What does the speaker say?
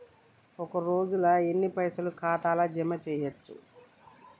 ఒక రోజుల ఎన్ని పైసల్ ఖాతా ల జమ చేయచ్చు?